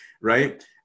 right